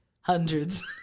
hundreds